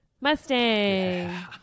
Mustang